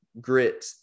grit